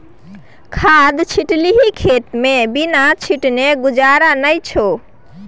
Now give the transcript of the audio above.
खाद छिटलही खेतमे बिना छीटने गुजारा नै छौ